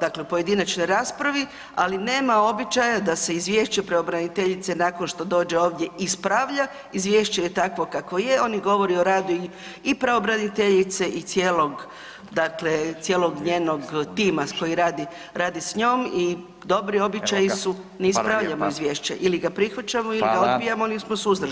dakle pojedinačnoj raspravi, ali nema običaja da se izvješće pravobraniteljice nakon što dođe ovdje ispravlja, izvješće je takvo kako je, ono govori o radu i pravobraniteljice i cijelog dakle …… cijelog njenog tima koji radi, radi s njom i dobri običaju su ne ispravljamo Izvješće ili ga prihvaćamo ili ga odbijamo, ili smo suzdržani.